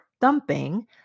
thumping